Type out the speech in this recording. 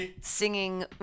singing